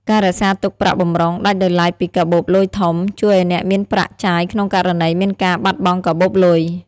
ការរក្សាទុកប្រាក់បម្រុងដាច់ដោយឡែកពីកាបូបលុយធំ ជួយឱ្យអ្នកមានប្រាក់ចាយក្នុងករណីមានការបាត់បង់កាបូបលុយ។